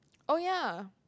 oh ya